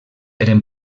eren